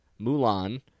Mulan